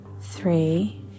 three